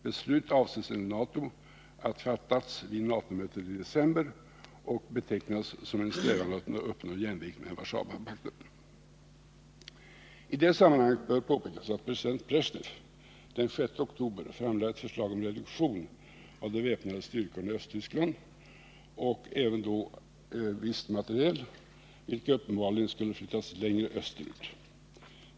Beslut avses enligt NATO att fattas vid NATO-mötet i december, och det betecknas som en strävan att uppnå jämvikt med Warszawapakten. I detta sammanhang bör påpekas att president Brezjnev den 6 oktober framlade ett förslag om en reduktion av de väpnade styrkorna i Östtyskland och även viss materiel, som då uppenbarligen skulle flyttas längre österut.